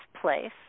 place